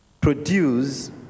produce